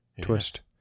Twist